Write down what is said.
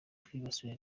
twibasiwe